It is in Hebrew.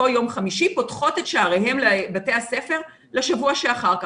יום חמישי פותחות את שעריהן בבתי הספר לשבוע שאחר כך,